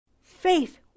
Faith